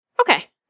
Okay